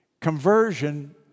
conversion